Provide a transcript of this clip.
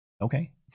okay